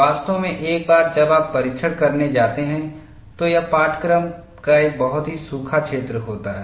वास्तव में एक बार जब आप परीक्षण करने जाते हैं तो यह पाठ्यक्रम का एक बहुत ही सूखा क्षेत्र होता है